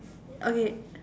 okay